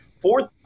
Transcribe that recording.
fourth